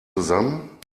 zusammen